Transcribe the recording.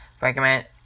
recommend